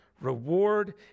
reward